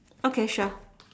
okay sure